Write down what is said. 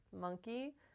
Monkey